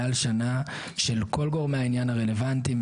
מעל שנה של כל גורמי העניין הרלוונטיים,